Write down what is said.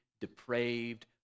depraved